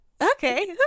okay